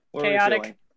chaotic